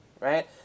right